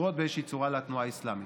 שקשורות באיזושהי צורה לתנועה האסלאמית.